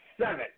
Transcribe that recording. seven